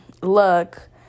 look